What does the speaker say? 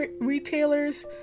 retailers